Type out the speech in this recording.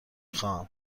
خواهم